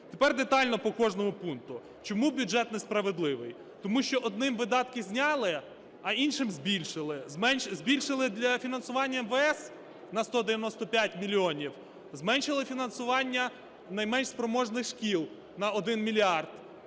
Тепер детально по кожному пункту. Чому бюджет несправедливий? Тому що одним видатки зняли, а іншим збільшили. Збільшили для фінансування МВС на 195 мільйонів, зменшили фінансування найменш спроможних шкіл на 1 мільярд.